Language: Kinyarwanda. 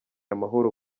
amahoro